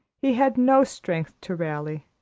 he had no strength to rally,